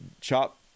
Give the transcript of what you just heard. chop